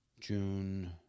June